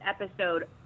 episode